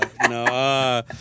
No